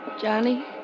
Johnny